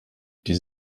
die